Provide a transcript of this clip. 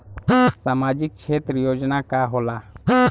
सामाजिक क्षेत्र योजना का होला?